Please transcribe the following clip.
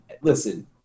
listen